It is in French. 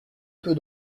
peu